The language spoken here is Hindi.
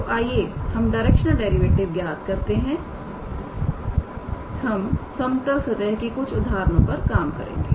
तोआइए हम डायरेक्शनल डेरिवेटिव ज्ञात करते हैं हम समतल सतह की कुछ उदाहरण पर काम करेंगे